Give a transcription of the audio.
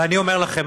ואני אומר לכם,